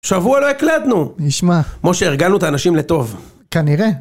שבוע לא הקלדנו. נשמע. משה, הרגלנו את האנשים לטוב. כנראה.